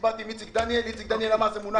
דיברתי עם איציק דניאל והוא אמר שזה מונח אצלו.